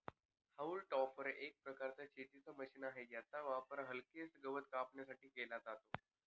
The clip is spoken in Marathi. हाऊल टॉपर एक प्रकारचं शेतीच मशीन आहे, याचा वापर हलकेसे गवत कापण्यासाठी केला जातो